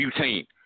butane